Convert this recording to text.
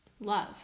love